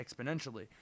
exponentially